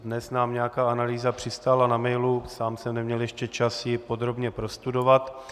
Dnes nám nějaká analýza přistála na mailu, sám jsem neměl ještě čas ji podrobně prostudovat.